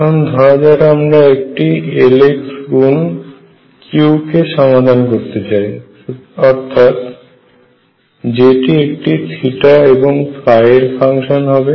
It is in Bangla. এখন ধরা যাক আমরা একটি Lx গুণ Q কে সমাধান করতে চাই অর্থাৎ যেটি একটি এবং এর ফাংশন হবে